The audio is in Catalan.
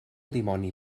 dimoni